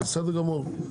בסדר גמור.